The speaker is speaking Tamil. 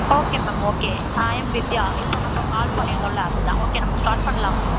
okay ma'am okay I'm Vidya இப்போ நம்ப கால் பண்ணியிருந்தோம்ல அது தான் ஓகே நம்ப ஸ்டார்ட் பண்ணலாமா